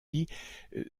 dit